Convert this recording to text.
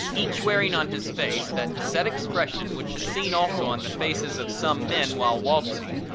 each wearing on his face that set expression which is seen also on the faces of some men while waltzing,